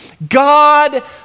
God